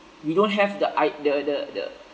we don't have the I the the the